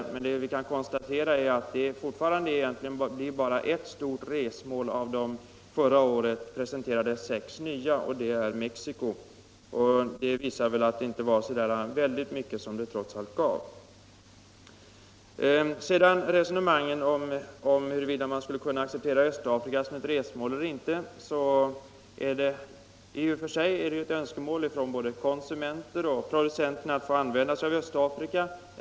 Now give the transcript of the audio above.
Vi kan konstatera att det fortfarande bara är ett stort resmål bland de förra året presenterade sex nya och det är Mexico. Det visar väl att utredningen trots allt inte gav så mycket. Så till resonemanget huruvida man skulle kunna acceptera Östafrika som ett resmål eller inte. I och för sig är det ett önskemål från både konsumenter och producenter att få använda sig av Östafrika.